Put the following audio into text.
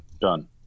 done